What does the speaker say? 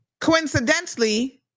Coincidentally